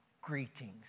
greetings